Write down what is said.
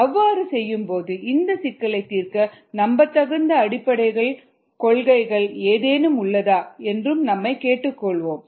அவ்வாறு செய்யும்போது இந்த சிக்கலைத் தீர்க்க நம்பத்தகுந்த அடிப்படைக் கொள்கைகள் ஏதேனும் உள்ளதா என்றும் நம்மை கேட்டுக் கொள்வோம்